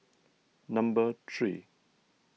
number three